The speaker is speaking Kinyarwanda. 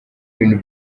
bintu